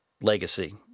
legacy